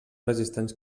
resistents